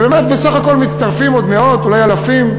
ובאמת בסך הכול מצטרפים עוד מאות, אולי אלפים,